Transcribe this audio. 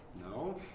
No